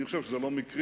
אני חושב שזה לא מקרי